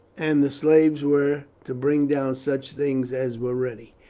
and the slaves were to bring down such things as were ready.